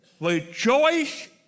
rejoice